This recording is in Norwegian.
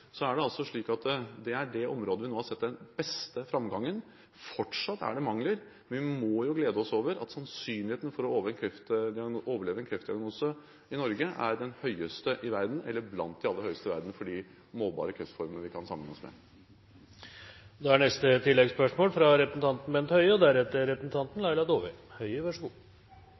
er det slik at det er det området hvor vi har sett den beste framgangen. Fortsatt er det mangler, men vi må jo glede oss over at sannsynligheten for å overleve en kreftdiagnose i Norge er den høyeste i verden – eller blant de aller høyeste i verden – for de målbare kreftformene vi kan sammenligne. Bent Høie – til oppfølgingsspørsmål. Det en opplever i det norske helsevesen, er at når et sykehus eller en avdeling åpner, er utstyret topp moderne, helt nytt. Så